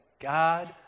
God